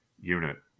unit